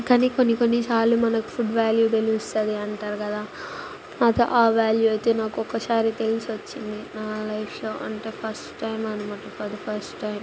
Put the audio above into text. కాని కొన్నికొన్ని సార్లు మనకి ఫుడ్ వాల్యూ తెలుస్తుంది అంటారు కదా అది వాల్యూ అయితే నాకొకసారి తెలిసొచ్చింది నా లైఫ్లో అంటే ఫస్ట్ టైం అనమాట అది ఫస్ట్ టైం